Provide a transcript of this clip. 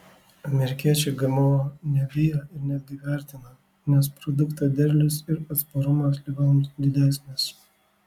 amerikiečiai gmo nebijo ir netgi vertina nes produkto derlius ir atsparumas ligoms didesnis